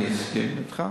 אני מסכים אתך,